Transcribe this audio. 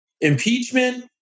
impeachment